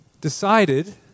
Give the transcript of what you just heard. decided